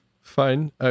Fine